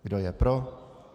Kdo je pro?